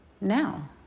now